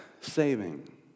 Saving